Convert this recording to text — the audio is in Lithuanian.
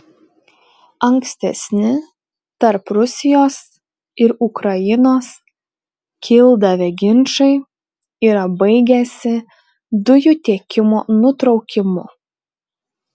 ankstesni tarp rusijos ir ukrainos kildavę ginčai yra baigęsi dujų tiekimo nutraukimu